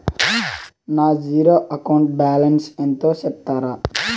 నా zero account balance ఎంతో సెప్తారా?